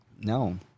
No